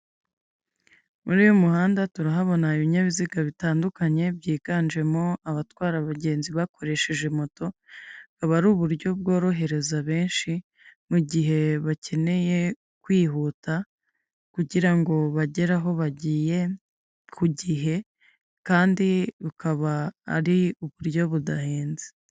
Muri uyu muhanda turahabona ibinyabiziga bitandukanye byiganjemo abatwara abagenzi bakoresheje moto, bukaba ari uburyo bworohereza benshi mu gihe bakeneye kwihuta kugira ngo bagere aho bagiye ku gihe kandi bukaba ari uburyo budahenze.